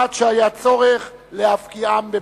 עד שהיה צורך להבקיעם בפטיש.